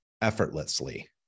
Effortlessly